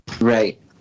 Right